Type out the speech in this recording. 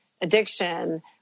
addiction